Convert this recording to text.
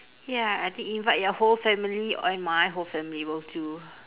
ya I think invite your whole family and my whole family will do